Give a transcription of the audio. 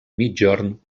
migjorn